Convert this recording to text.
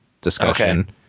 discussion